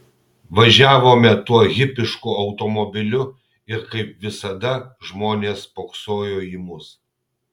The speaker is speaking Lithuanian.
važiavome tuo hipišku automobiliu ir kaip visada žmonės spoksojo į mus